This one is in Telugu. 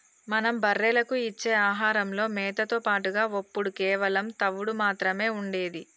మనం బర్రెలకు ఇచ్చే ఆహారంలో మేతతో పాటుగా ఒప్పుడు కేవలం తవుడు మాత్రమే ఉండేది